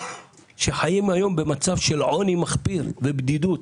שחי היום בעוני מחפיר ובדידות.